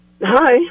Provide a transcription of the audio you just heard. Hi